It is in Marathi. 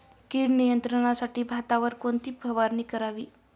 कीड नियंत्रणासाठी भातावर कोणती फवारणी करावी?